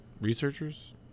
Researchers